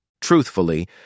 Truthfully